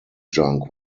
junk